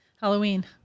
Halloween